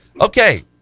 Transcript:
Okay